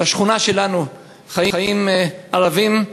בשכונה שלנו חיים ערבים,